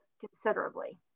considerably